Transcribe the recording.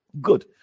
Good